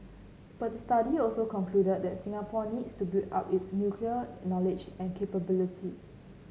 but the study also concluded that Singapore needs to build up its nuclear knowledge and capability